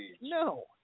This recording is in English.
no